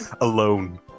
alone